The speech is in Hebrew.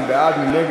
מי בעד?